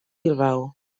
bilbao